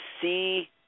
see